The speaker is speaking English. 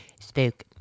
spoke